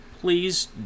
please